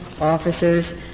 officers